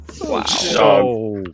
Wow